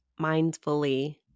mindfully